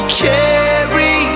carry